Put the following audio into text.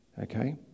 Okay